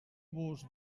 vos